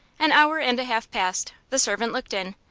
an hour and a half passed, the servant looked in,